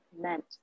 meant